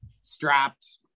strapped